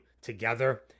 together